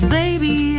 baby